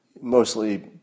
mostly